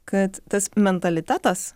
kad tas mentalitetas